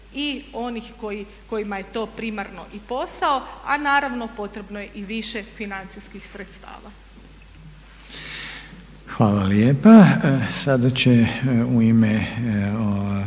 Hvala lijepa. Sada će u ime